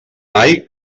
mai